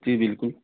جی بالکل